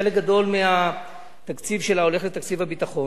חלק גדול מהתקציב שלה הולך לתקציב הביטחון,